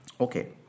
Okay